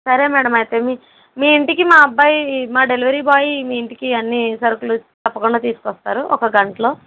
సరే మేడమ్ అయితే మీ మీ ఇంటికి మా అబ్బాయి మా డెలివరీ బాయ్ మీ ఇంటికి అన్నీ సరుకులు తప్పకుండా తీసుకవస్తారు ఒక గంటలో